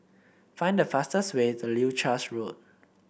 find the fastest way to Leuchars Road